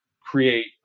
create